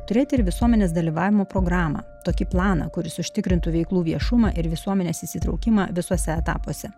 turėti ir visuomenės dalyvavimo programą tokį planą kuris užtikrintų veiklų viešumą ir visuomenės įsitraukimą visuose etapuose